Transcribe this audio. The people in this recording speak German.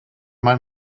mein